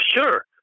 sure